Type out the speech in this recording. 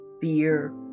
fear